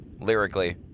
lyrically